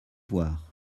voir